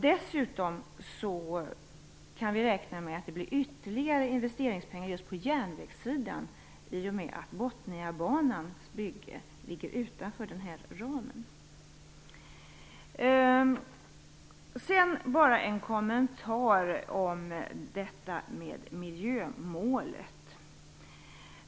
Dessutom kan vi räkna med att det blir ytterligare investeringspengar på just järnvägssidan i och med att Botniabanans bygge ligger utanför den här ramen. Sedan bara en kommentar om miljömålet.